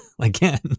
again